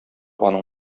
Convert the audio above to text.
аның